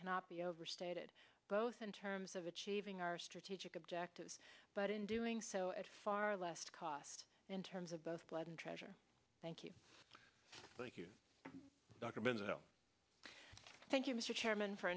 cannot be overstated both in terms of achieving our strategic objectives but in doing so at far less cost in terms of both blood and treasure thank you thank you mr chairman for